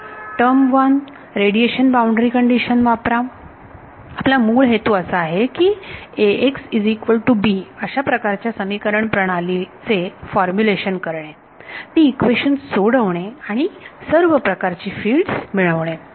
म्हणून term 1 radiation boundary condition वापरा आपला मूळ हेतू असा आहे की अशा प्रकारच्या समीकरण प्रणाली चे फॉर्मुलेशन करणे ती इक्वेशन्स सोडवणे आणि सर्व ठिकाणची फिल्ड मिळवणे